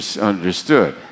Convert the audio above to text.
understood